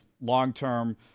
long-term